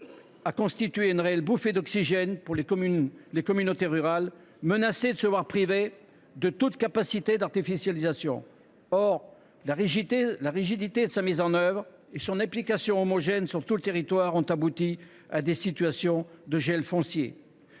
a constitué une réelle bouffée d’oxygène pour les communautés rurales menacées d’être privées de toute capacité d’artificialisation. Or la rigidité de sa mise en œuvre et son application homogène sur tout le territoire ont abouti à des situations de gel foncier.